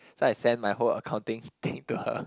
so I send my whole accounting thing to her